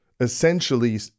Essentially